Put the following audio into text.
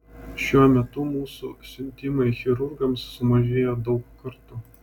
šiuo metu mūsų siuntimai chirurgams sumažėjo daug kartų